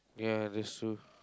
ya that's true